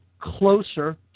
closer